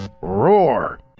Roar